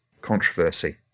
controversy